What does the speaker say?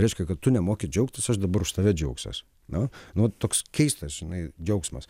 reiškia kad tu nemoki džiaugtis aš dabar už tave džiaugsiuos nu nu toks keistas žinai džiaugsmas